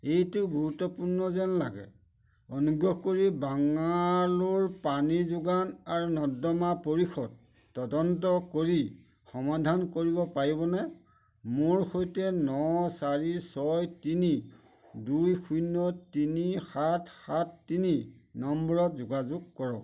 এইটো গুৰুত্বপূৰ্ণ যেন লাগে অনুগ্ৰহ কৰি বাংগালোৰ পানী যোগান আৰু নৰ্দমা পৰিষদ তদন্ত কৰি সমাধান কৰিব পাৰিবনে মোৰ সৈতে ন চাৰি ছয় তিনি দুই শূন্য তিনি সাত সাত তিনি নম্বৰত যোগাযোগ কৰক